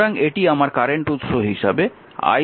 সুতরাং এটি আমার কারেন্ট উৎস হিসাবে I 16 অ্যাম্পিয়ার